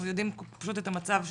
אנחנו יודעים פשוט את המצב הקיים,